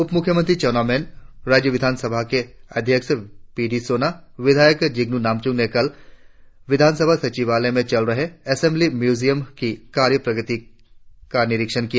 उप मुख्यमंत्री चाऊना मैन राज्य विधानसभा अध्यक्ष पी डी सोना विधायक जिगनू नामचूम ने कल विधानसभा सचिवालय मे चल रहे एसेंब्ली म्यूजियम की कार्य प्रगति का निरिक्षण किया